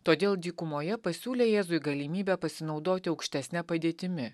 todėl dykumoje pasiūlė jėzui galimybę pasinaudoti aukštesne padėtimi